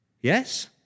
Yes